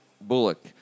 Bullock